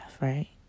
right